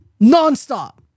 nonstop